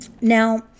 now